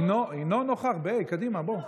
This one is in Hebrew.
הינו נוכח, בה"א, קדימה, בוא.